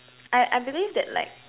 I I believe that like